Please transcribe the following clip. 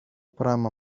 πράμα